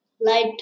light